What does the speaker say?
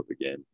again